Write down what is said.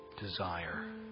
desire